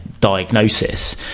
diagnosis